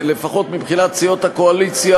לפחות מבחינת סיעות הקואליציה,